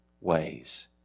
ways